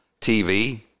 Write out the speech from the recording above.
TV